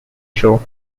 show